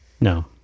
No